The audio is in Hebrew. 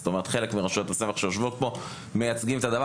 זאת אומרת שחלק מרשויות הסמך שיושבות פה מייצגות אותם,